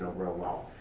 real well.